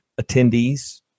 attendees